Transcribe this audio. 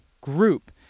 group